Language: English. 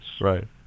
Right